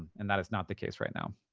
and that is not the case right now.